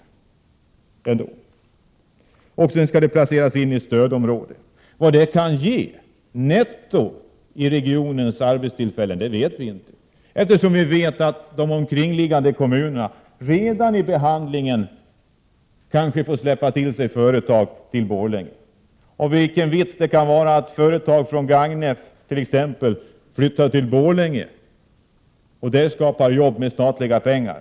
Borlänge skall dessutom placeras i stödområde. Vad det kan ge i arbetstillfällen netto för regionen vet vi inte, eftersom vi vet att de omkringliggande kommunerna kanske får släppa ifrån sig företag till Borlänge. Vilken vits kan det vara att företag från t.ex. Gagnef flyttar till Borlänge och där skapar arbetstillfällen med statliga pengar?